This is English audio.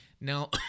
Now